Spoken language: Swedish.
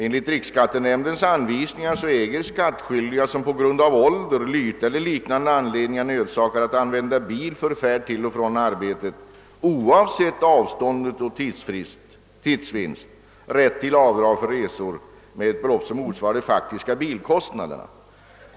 Enligt = riksskattenämndens <anvisningar äger skattskyldiga, som på grund av ålder, lyte eller liknande omständighet är nödsakade att använda bil för färd till och från arbetet, oavsett avstånd och tidsvinst rätt till avdrag för resor med ett belopp som motsvarar de faktiska bilkostnaderna.